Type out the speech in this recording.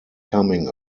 coming